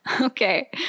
Okay